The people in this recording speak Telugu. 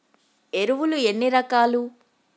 ఎరువులు ఎన్ని రకాలు?